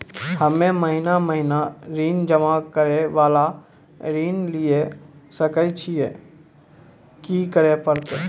हम्मे महीना महीना ऋण जमा करे वाला ऋण लिये सकय छियै, की करे परतै?